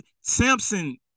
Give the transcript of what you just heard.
Samson